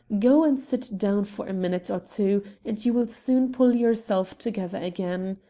go and sit down for a minute or two and you will soon pull yourself together again.